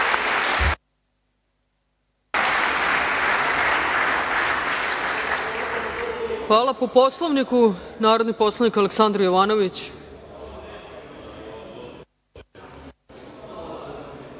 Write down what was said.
Hvala. Po Poslovniku, narodni poslanik Aleksandar Jovanović.